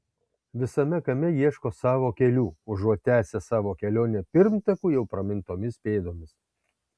visame kame ieško savo kelių užuot tęsę savo kelionę pirmtakų jau pramintomis pėdomis